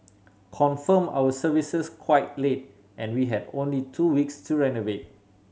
confirmed our services quite late and we had only two weeks to renovate